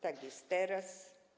Tak jest teraz,